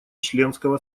членского